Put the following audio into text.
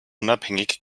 unabhängig